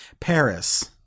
Paris